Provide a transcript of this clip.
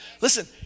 Listen